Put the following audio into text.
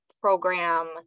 program